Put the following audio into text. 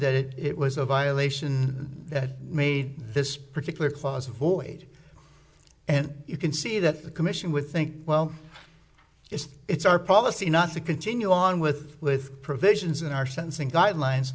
that it was a violation that made this particular clause void and you can see that the commission would think well yes it's our policy not to continue on with with provisions in our sensing guidelines